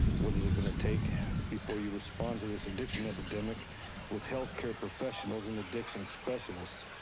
what is it gonna take before you respond to this addiction epidemic with healthcare professionals and addiction specialists?